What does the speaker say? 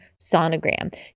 sonogram